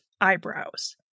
eyebrows